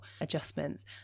adjustments